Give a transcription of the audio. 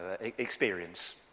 experience